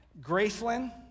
Graceland